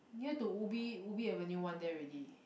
near to ubi ubi avenue one there already